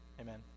Amen